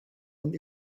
und